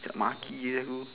macam nak maki jer aku